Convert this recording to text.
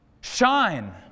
shine